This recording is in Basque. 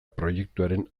proiektuaren